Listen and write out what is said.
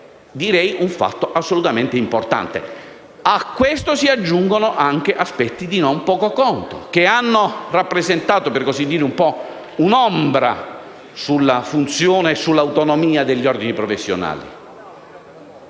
è un fatto assolutamente importante. A questo si aggiungono anche aspetti di non poco conto, che hanno rappresentato un'ombra - per così dire - sulla funzione e sull'autonomia degli ordini professionali.